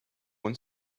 when